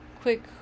quick